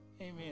Amen